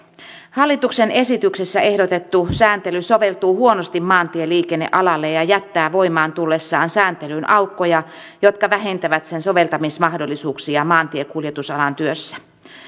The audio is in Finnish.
hallituksen esityksessä ehdotettu sääntely soveltuu huonosti maantieliikennealalle ja ja jättää voimaan tullessaan sääntelyyn aukkoja jotka vähentävät sen soveltamismahdollisuuksia maantiekuljetusalan työssä